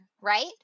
right